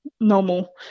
normal